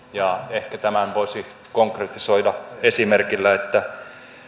ehkä tämän voisi konkretisoida esimerkillä että